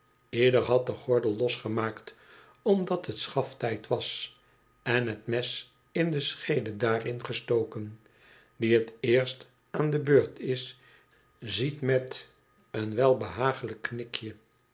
ieder had de gordel losgemaakt omdat het schafttijd was en het mes in de scheede daarin gestoken die het eerst aan de beurt is ziet met een